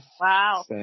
Wow